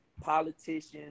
politicians